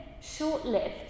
short-lived